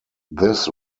this